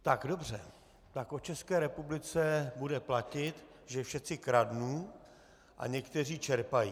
Tak dobře, tak o České republice bude platit, že všetci kradnú a někteří čerpají.